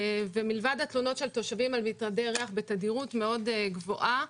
מלבד התלונות של תושבים על מטרדי ריח בתדירות מאוד גבוהה,